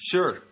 Sure